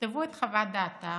יכתבו את חוות דעתם